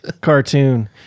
cartoon